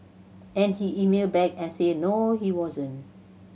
and he emailed back and said no he wasn't